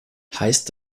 heißt